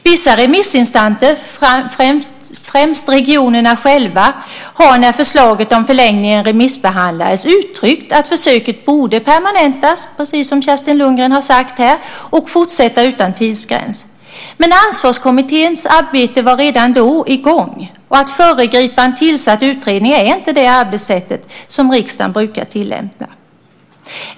Vissa remissinstanser, främst regionerna själva, har när förslaget om förlängningen remissbehandlades uttryckt att försöket borde permanentas, precis som Kerstin Lundgren har sagt här, och fortsätta utan tidsgräns. Men Ansvarskommitténs arbete var redan då i gång, och att föregripa en tillsatt utredning är inte det arbetssätt som riksdagen brukar tillämpa.